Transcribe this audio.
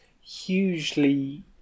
hugely